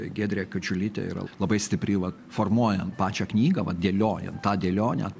giedrė kadžiulytė yra labai stipri vat formuojant pačią knygą vat dėliojant tą dėlionę